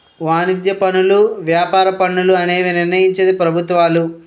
వాణిజ్య పనులు వ్యాపార పన్నులు అనేవి నిర్ణయించేది ప్రభుత్వాలు